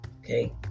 Okay